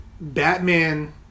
Batman